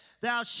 Thou